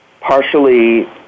partially